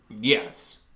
Yes